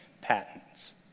patents